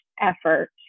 effort